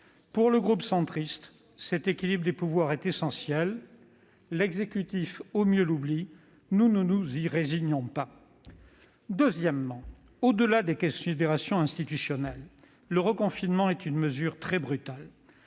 Pour le groupe centriste, cet équilibre des pouvoirs est essentiel. L'exécutif, au mieux, l'oublie. Nous ne nous y résignons pas ! Ensuite, au-delà des considérations institutionnelles, le reconfinement est une mesure très brutale.